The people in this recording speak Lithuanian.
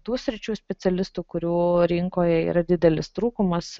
tų sričių specialistų kurių rinkoje yra didelis trūkumas